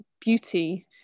beauty